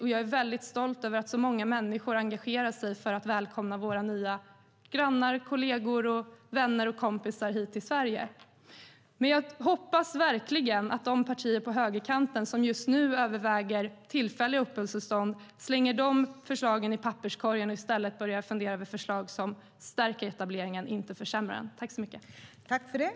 Och jag är mycket stolt över att så många människor engagerar sig för att välkomna våra nya grannar, kollegor, vänner och kompisar till Sverige. Jag hoppas verkligen att de partier på högerkanten som just nu överväger tillfälliga uppehållstillstånd slänger de förslagen i papperskorgen och i stället börjar fundera över förslag som stärker etableringen, inte försämrar den.